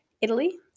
Italy